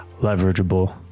leverageable